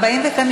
כל הכבוד,